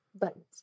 Buttons